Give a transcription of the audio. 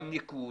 גם ניכור,